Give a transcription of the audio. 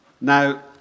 Now